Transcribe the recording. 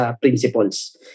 principles